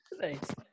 thanks